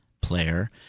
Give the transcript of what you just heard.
player